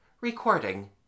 Recording